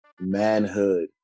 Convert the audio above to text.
Manhood